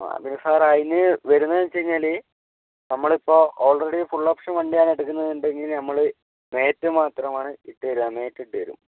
ആ പിന്നെ സാറെ അതിന് വരുന്നത് എന്ന് വെച്ചുകഴിഞ്ഞാൽ നമ്മളിപ്പോൾ ഓൾറെഡി ഫുള്ള് ഓപ്ഷൻ വണ്ടിയാണ് എടുക്കുന്നത് എന്നുണ്ടെങ്കിൽ നമ്മൾ മേറ്റ് മാത്രമാണ് ഇട്ട് തരിക മേറ്റിട്ട് തരും